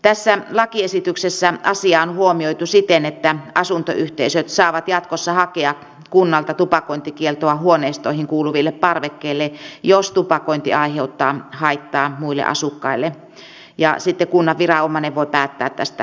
tässä lakiesityksessä asia on huomioitu siten että asuntoyhteisöt saavat jatkossa hakea kunnalta tupakointikieltoa huoneistoihin kuuluville parvekkeille jos tupakointi aiheuttaa haittaa muille asukkaille ja sitten kunnan viranomainen voi päättää tästä tupakointikiellosta